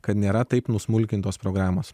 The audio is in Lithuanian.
kad nėra taip nuo smulkintos programos